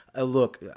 Look